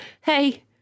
hey